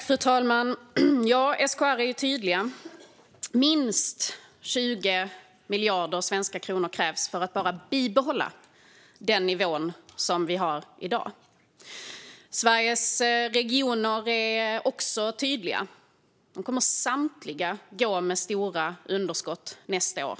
Fru talman! SKR är tydliga: Minst 20 miljarder svenska kronor krävs för att bara bibehålla den nivå som vi har i dag. Sveriges regioner är också tydliga: De kommer samtliga att gå med stora underskott nästa år.